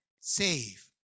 save